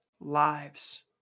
Lives